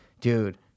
dude